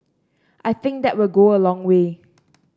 I think that will go a long way